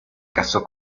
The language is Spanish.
casó